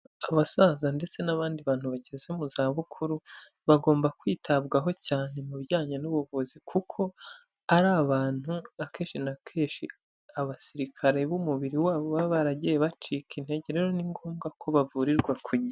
Abasaza ndetse n'abandi bantu bageze mu zabukuru, bagomba kwitabwaho cyane mu bijyanye n'ubuvuzi kuko ari abantu akenshi na kenshi abasirikare b'umubiri wabo baba baragiye bacika intege rero ni ngombwa ko bavurirwa ku gihe.